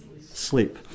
Sleep